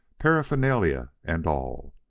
paraphernalia, and all.